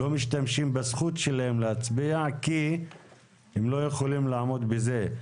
בזכות שלהם להצביע כי הם לא יכולים לעמוד בזה.